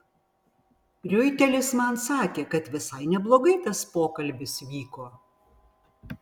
riuitelis man sakė kad visai neblogai tas pokalbis vyko